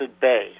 Bay